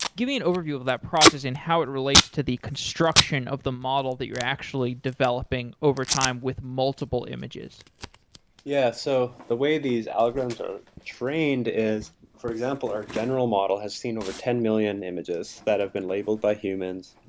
give me an overview of that process and how it relates to the construction of the model that you're actually developing over time with multiple images yeah. so the way these algorithms are trained is, for example, our general model has seen over ten million images that are labeled by humans,